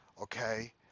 okay